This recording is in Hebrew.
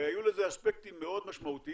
היו לזה אספקטים מאוד משמעותיים.